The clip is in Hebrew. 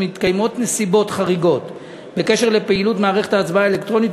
שמתקיימות נסיבות חריגות בקשר לפעילות מערכת ההצבעה האלקטרונית,